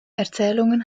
erzählungen